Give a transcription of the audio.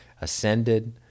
ascended